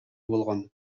болгон